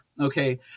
Okay